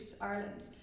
Ireland